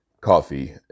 coffee